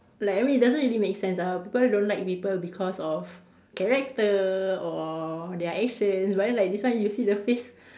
like I mean it doesn't really make sense ah people don't like people because of character or their actions but then like this one you see the face